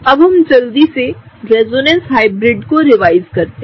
अब हम जल्दी से रेजोनेंस हाइब्रिड को रिवाइज करते हैं